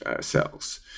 cells